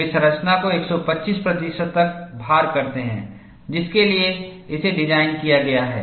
वे संरचना को 125 प्रतिशत तक भार करते हैं जिसके लिए इसे डिज़ाइन किया गया है